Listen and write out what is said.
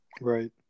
Right